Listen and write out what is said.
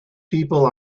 people